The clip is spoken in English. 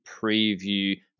preview